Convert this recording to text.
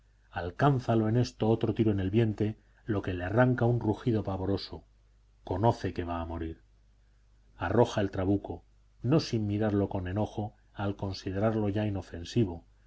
alcánzalo en esto otro tiro en el vientre lo que le arranca un rugido pavoroso conoce que va a morir arroja el trabuco no sin mirarlo con enojo al considerarlo ya inofensivo